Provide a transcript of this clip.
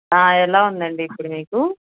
ఎలా ఉందండి ఇప్పుడు మీకు